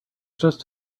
just